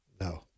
No